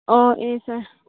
ꯑꯣ ꯑꯦ ꯁꯔ